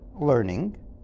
learning